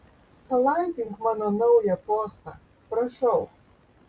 palaikink mano naują postą prašau